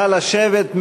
נא לשבת.